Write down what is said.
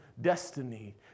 destiny